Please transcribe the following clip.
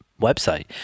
website